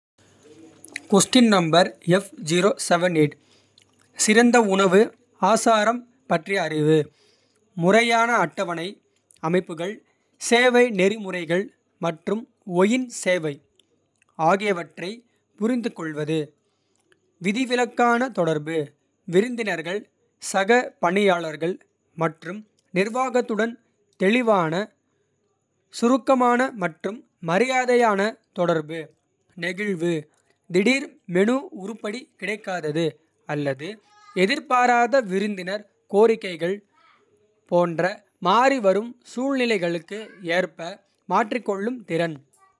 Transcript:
சிறந்த உணவு ஆசாரம் பற்றிய அறிவு. முறையான அட்டவணை அமைப்புகள். சேவை நெறிமுறைகள் மற்றும் ஒயின் சேவை. ஆகியவற்றைப் புரிந்துகொள்வது விதிவிலக்கான. தொடர்பு விருந்தினர்கள் சக பணியாளர்கள். மற்றும் நிர்வாகத்துடன் தெளிவான சுருக்கமான. மற்றும் மரியாதையான தொடர்பு நெகிழ்வு திடீர். மெனு உருப்படி கிடைக்காதது அல்லது எதிர்பாராத. விருந்தினர் கோரிக்கைகள் போன்ற மாறிவரும். சூழ்நிலைகளுக்கு ஏற்ப மாற்றிக்கொள்ளும் திறன்.